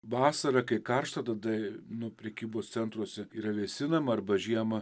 vasarą kai karšta tada nu prekybos centruose yra vėsinama arba žiemą